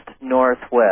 northwest